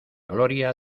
gloria